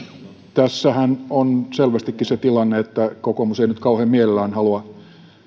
tässähän on selvästikin se tilanne että kokoomus ei nyt kauhean mielellään halua